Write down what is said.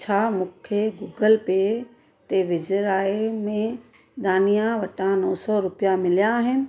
छा मूंखे Google pay ते वेझराई में दानिआं वटां नव सौ रुपया मिलिया आहिनि